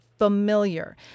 Familiar